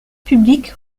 publiques